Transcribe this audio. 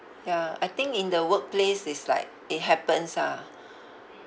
ya I think in the workplace is like it happens ah